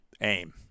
aim